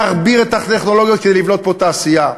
תגביר את הטכנולוגיות כדי לבנות פה תעשייה,